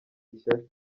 ishyari